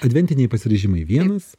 adventiniai pasiryžimai vienas